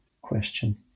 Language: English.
question